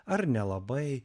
ar nelabai